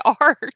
art